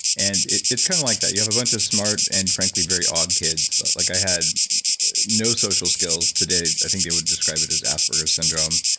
and it's kind of like that, you have a bunch of smart and frankly very odd kids, like i had no social skills. today, i think they would describe it as asperger's syndrome.